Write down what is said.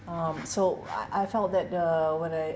um so I I felt that uh when I